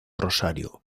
rosario